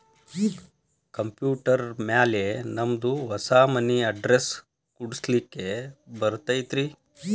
Computer ಮ್ಯಾಲೆ ನಮ್ದು ಹೊಸಾ ಮನಿ ಅಡ್ರೆಸ್ ಕುಡ್ಸ್ಲಿಕ್ಕೆ ಬರತೈತ್ರಿ?